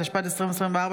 התשפ"ד 2024,